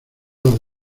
los